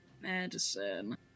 Medicine